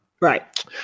Right